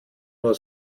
nur